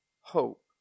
hope